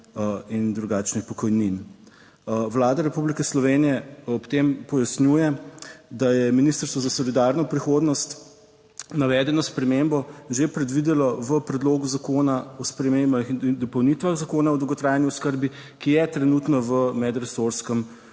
in drugačnih pokojnin. Vlada Republike Slovenije ob tem pojasnjuje, da je Ministrstvo za solidarno prihodnost navedeno spremembo že predvidelo v Predlogu zakona o spremembah in dopolnitvah Zakona o dolgotrajni oskrbi, ki je trenutno v medresorskem